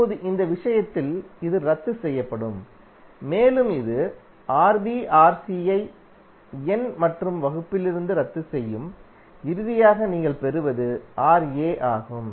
இப்போது இந்த விஷயத்தில் இது ரத்து செய்யப்படும் மேலும் இது Rb Rc ஐ எண் மற்றும் வகுப்பிலிருந்து ரத்து செய்யும் இறுதியாக நீங்கள் பெறுவது Ra ஆகும்